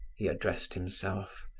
he addressed himself,